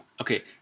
Okay